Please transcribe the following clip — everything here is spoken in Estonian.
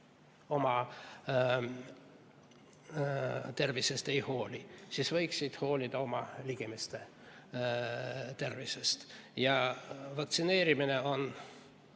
oma tervisest ei hooli, siis võiksid hoolida oma ligimeste tervisest. Vaktsineerimine on